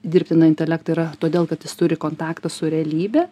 dirbtiną intelektą yra todėl kad jis turi kontaktą su realybe